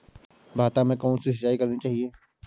भाता में कौन सी सिंचाई करनी चाहिये?